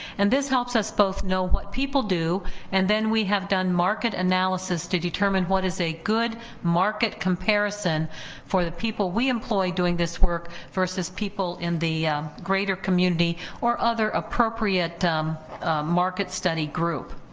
and this helps us both know what people do and then we have done market analysis to determine what is a good market comparison for the people we employ doing this work versus people in the greater community or other appropriate um market study group.